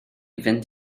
fynd